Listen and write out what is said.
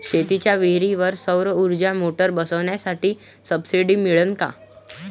शेतीच्या विहीरीवर सौर ऊर्जेची मोटार बसवासाठी सबसीडी मिळन का?